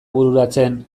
bururatzen